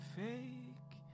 fake